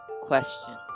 question